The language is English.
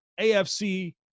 AFC